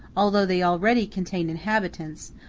although they already contain inhabitants,